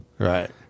Right